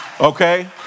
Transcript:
okay